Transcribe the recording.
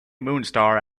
moonstar